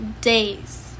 days